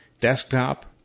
Desktop